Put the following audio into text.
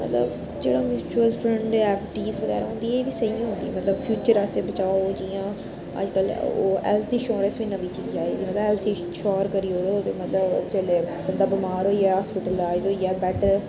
मतलब जेह्ड़ा mutual fund F D बगैरा होंदी ऐ एह् बी स्हेई नि होंदी ऐ मतलब फ्यूचर आस्तै बचाओ जियां अज्जकल ऐ ओह् हेल्थ इन्श्योरेंस बी नमीं चीज आई गेदी मतलब हेल्थ इंश्योर करी ओड़ो मतलब जेल्लै बंदा बामर होई गेआ हॉस्पिटलाइज्ड होई गेआ बेडै'र